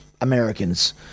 Americans